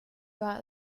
war